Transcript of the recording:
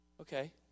Okay